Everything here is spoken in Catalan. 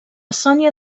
sònia